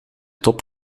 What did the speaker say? top